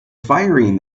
firing